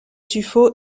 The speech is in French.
tuffeau